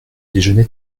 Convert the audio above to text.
déjeuner